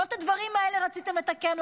לא את הדברים האלה רציתם לתקן.